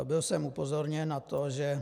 Byl jsem upozorněn na to, že...